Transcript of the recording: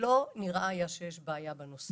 לא היה נראה שיש בעיה בנושא.